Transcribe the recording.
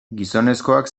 gizonezkoak